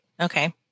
Okay